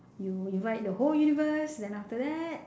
you invite the whole universe then after that